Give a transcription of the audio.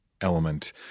element